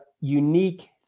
Unique